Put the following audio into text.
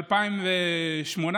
ב-2018,